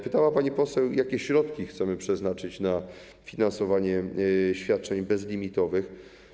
Pytała pani poseł, jakie środki chcemy przeznaczyć na finansowanie świadczeń bezlimitowych.